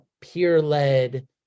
peer-led